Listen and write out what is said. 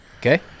Okay